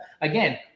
Again